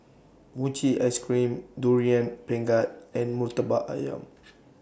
Mochi Ice Cream Durian Pengat and Murtabak Ayam